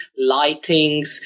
lightings